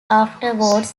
afterwards